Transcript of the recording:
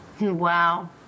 Wow